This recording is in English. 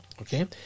okay